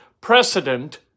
precedent